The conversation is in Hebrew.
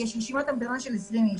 יש רשימת המתנה של 20 איש.